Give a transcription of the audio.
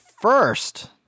first